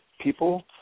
people